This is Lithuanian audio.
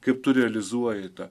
kaip tu realizuoji tą